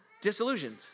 disillusioned